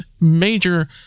major